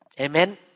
Amen